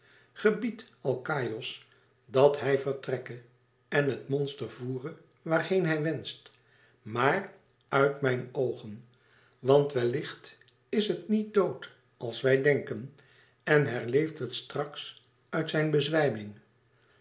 gebiedt alkaïos dat hij vertrekke en het monster voere waar heen hij wenscht maar uit mijn oogen want wellicht is het niet dood als wij denken en herleeft het straks uit zijn